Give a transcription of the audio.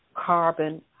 carbon